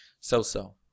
so-so